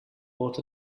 bought